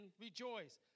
rejoice